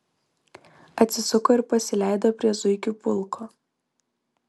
atsisuko ir pasileido prie zuikių pulko